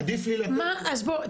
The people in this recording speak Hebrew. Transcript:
עדיף לי --- אז בוא,